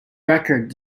record